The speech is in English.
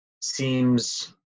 seems